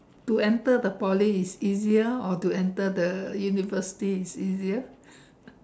to enter the Poly is easier or to enter the university is easier